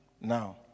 now